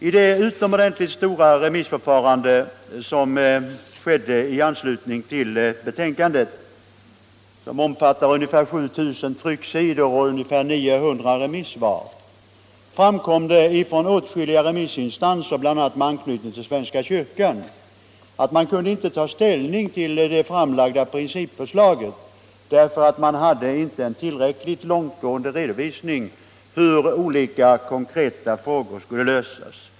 I det utomordentligt stora remissförfarande som skedde i anslutning till betänkandet, som omfattar omkring 7 000 trycksidor och ungefär 900 remissvar, framkom det från åtskilliga remissinstanser, bl.a. sådana som har anknytning till svenska kyrkan, att man inte kunde ta ställning till det framlagda principförslaget därför att man inte fått en tillräckligt långtgående redovisning av hur olika konkreta frågor skulle lösas.